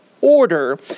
Order